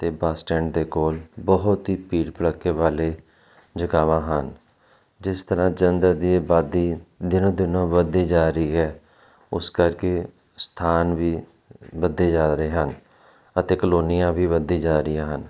ਅਤੇ bus stand ਦੇ ਕੋਲ ਬਹੁਤ ਹੀ ਭੀੜ ਭੜੱਕੇ ਵਾਲੇ ਜਗਾਵਾਂ ਹਨ ਜਿਸ ਤਰ੍ਹਾਂ ਜਲੰਧਰ ਦੀ ਆਬਾਦੀ ਦਿਨੋ ਦਿਨ ਵਧਦੀ ਜਾ ਰਹੀ ਹੈ ਉਸ ਕਰਕੇ ਸਥਾਨ ਵੀ ਵਧਦੇ ਜਾ ਰਹੇ ਹਨ ਅਤੇ ਕਲੋਨੀਆਂ ਵੀ ਵੱਧਦੀ ਜਾ ਰਹੀ ਹਨ